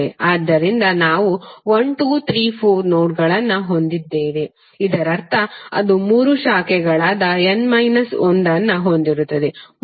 ಆದ್ದರಿಂದ ನಾವು 1234 ನೋಡ್ಗಳನ್ನು ಹೊಂದಿದ್ದೇವೆ ಇದರರ್ಥ ಅದು ಮೂರು ಶಾಖೆಗಳಾದ n ಮೈನಸ್ ಒಂದನ್ನು ಹೊಂದಿರುತ್ತದೆ